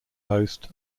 host